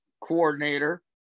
coordinator